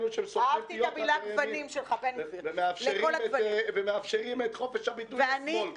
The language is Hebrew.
--- סותמי פיות, ומאפשרים את חופש הביטוי לשמאל.